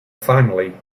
finally